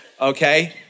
Okay